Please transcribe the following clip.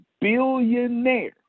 billionaire